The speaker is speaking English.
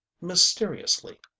mysteriously